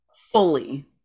fully